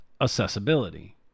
Accessibility